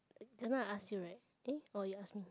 just now I ask you right eh or you ask me